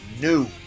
new